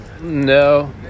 No